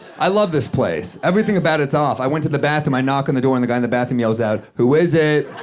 i love this place. everything about it's off. i went to the bathroom. i knock on the door, and the guy in the bathroom yells out, who is it?